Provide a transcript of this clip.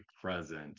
present